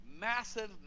Massive